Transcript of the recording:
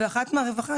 ואחת ממשרד הרווחה,